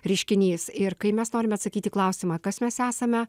reiškinys ir kai mes norime atsakyti į klausimą kas mes esame